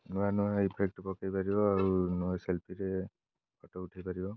ନୂଆ ନୂଆ ଇଫେକ୍ଟ ପକେଇ ପାରିବ ଆଉ ନୂଆ ସେଲ୍ଫିରେ ଫଟୋ ଉଠେଇ ପାରିବ